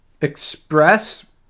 express